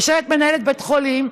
יושבת מנהלת בית חולים,